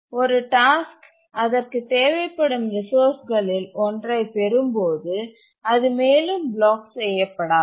ஒரு டாஸ்க் அதற்கு தேவைப்படும் ரிசோர்ஸ்களில் ஒன்றைப் பெறும்போது அது மேலும் பிளாக் செய்யப்படாது